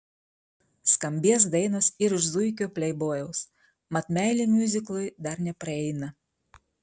skambės dainos ir iš zuikio pleibojaus mat meilė miuziklui dar nepraeina